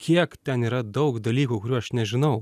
kiek ten yra daug dalykų kurių aš nežinau